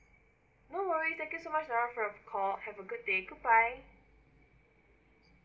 alright thank you so much nara for your call have a good day good bye